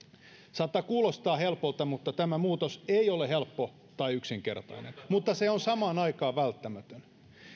saattaa kuulostaa helpolta mutta tämä muutos ei ole helppo tai yksinkertainen mutta se on samaan aikaan välttämätön